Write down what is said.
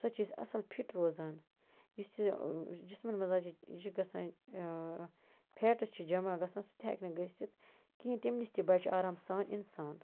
تَمہِ سۭتۍ چھِ أسۍ اَصٕل فِٹ روزان یُس یہِ جِسمن منٛز اَسہِ یہِ ہی چھُ گَژھان ٲ فیٚٹٕس چھِ جمح گژھان سُہ تہِ ہیٚکہِ نہٕ گٔژھتھ کینہہ تٔمہِ نِش تہِ بچہِ آرام سان